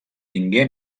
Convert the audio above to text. tingué